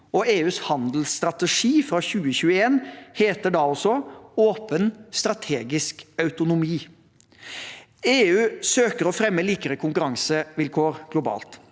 EUs handelsstrategi fra 2021 heter da også Åpen, strategisk autonomi. EU søker å fremme likere konkurransevilkår globalt.